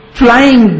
flying